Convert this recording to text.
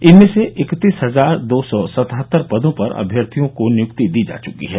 इनमें से इकतीस हजार दो सौ सतहत्तर पदों पर अम्यर्थियों को नियुक्ति दी जा चुकी है